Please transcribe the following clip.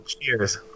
Cheers